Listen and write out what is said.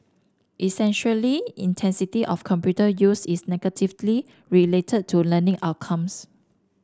essentially intensity of computer use is negatively related to learning outcomes